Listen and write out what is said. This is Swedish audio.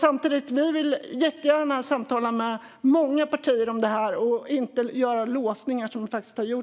Samtidigt vill vi gärna samtala med många partier, och det ska inte bli låsningar.